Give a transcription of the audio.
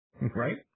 Right